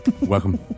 Welcome